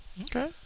Okay